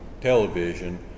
television